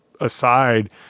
aside